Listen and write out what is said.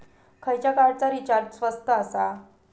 खयच्या कार्डचा रिचार्ज स्वस्त आसा?